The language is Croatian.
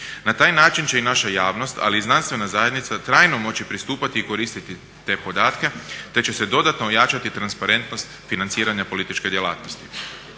Na taj način će i naša javnost, ali i znanstvena zajednica trajno moći pristupati i koristiti te podatke te će se dodatno ojačati transparentnost financiranja političke djelatnosti.